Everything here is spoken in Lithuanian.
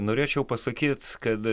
norėčiau pasakyt kad